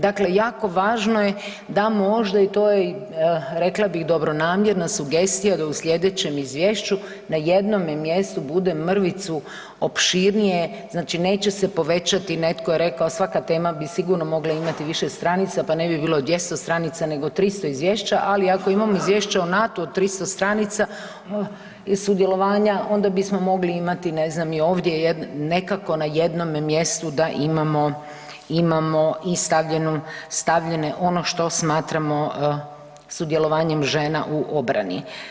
Dakle, jako važno je da možda i to je rekla bih dobronamjerna sugestija da u slijedećem izvješću na jednome mjestu bude mrvicu opširnije, znači neće se povećati, netko je rekao svaka tema bi sigurno mogla imati više stranica, pa ne bi bilo 200 stranica nego 300 izvješća, ali ako imamo izvješće o NATO-u od 300 stranica sudjelovanja onda bismo mogli imati ne znam i ovdje nekako na jednome mjestu da imamo, imamo i stavljenu, stavljene ono što smatramo sudjelovanjem žena u obrani.